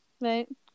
Right